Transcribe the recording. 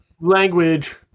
Language